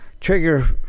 trigger